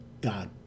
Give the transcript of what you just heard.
God